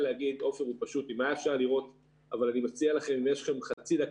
אם יש לכם חצי דקה,